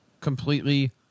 completely